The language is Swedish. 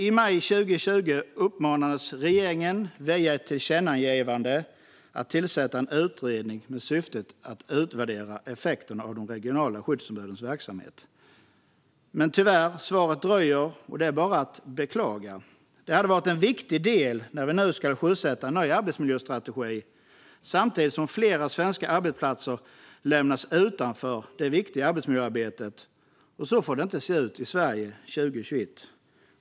I maj 2020 uppmanades regeringen via ett tillkännagivande att tillsätta en utredning med syftet att utvärdera effekterna av de regionala skyddsombudens verksamhet. Men tyvärr dröjer svaret, och det är bara att beklaga. Det hade varit en viktig del när vi nu ska sjösätta en ny arbetsmiljöstrategi, samtidigt som flera svenska arbetsplatser lämnas utanför det viktiga arbetsmiljöarbetet. Och så får det inte se ut i Sverige 2021.